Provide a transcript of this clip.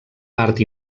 part